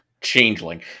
changeling